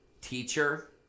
teacher